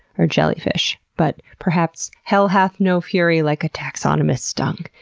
or jellyfish, but perhaps hell hath no fury like a taxonomist stung.